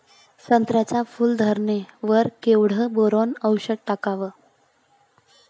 संत्र्याच्या फूल धरणे वर केवढं बोरोंन औषध टाकावं?